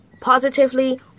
positively